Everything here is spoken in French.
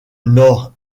nord